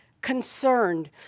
concerned